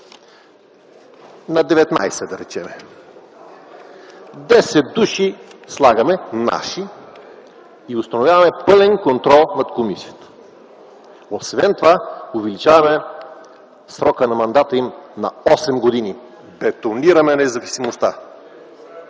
на 19 души – 10 души слагаме наши и установяваме пълен контрол над комисията? Освен това увеличаваме срока на мандата им на 8 години. Бетонираме независимостта!